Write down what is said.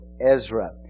Ezra